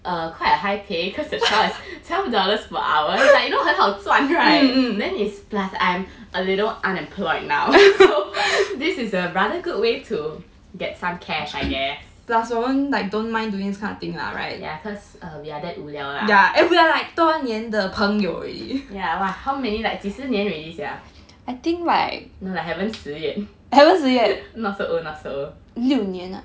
err quite a high pay cause it's twelve dollars per hour like you know 很好赚 right then is plus I'm a little unemployed now this is a rather good way to get some cash I guess err ya cause we are that 无聊 lah !wah! how many like 几十年 already sia no lah haven't 十 yet not so old not so old